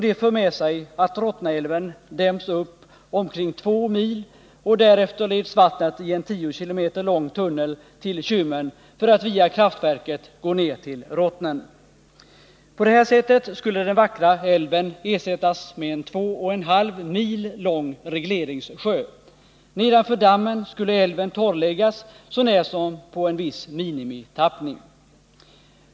Det för med sig att Rottnaälven däms upp omkring två mil och därefter leds vattnet i en 10 km lång tunnel till Kymmen för att via kraftverket gå ner till Rottnen. På det här sättet skulle den vackra älven ersättas med en två och en halv mil lång regleringssjö. Nedanför dammen skulle älven torrläggas, så när som på en viss minimitappning.